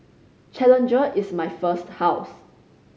challenger is my first house